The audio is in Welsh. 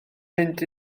mynd